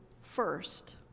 first